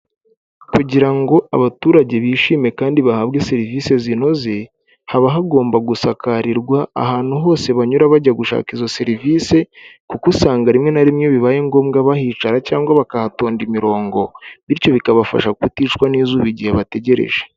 Kugira ngo abaturage bishime kandi bahabwe serivisi zinoze, haba hagomba gusakarirwa ahantu hose banyura bajya gushaka izo serivisi kuko usanga rimwe na rimwe bibaye ngombwa bahicara cyangwa bakahatonda imirongo, bityo bikabafasha kuticwa n'izuba igihe bategereje.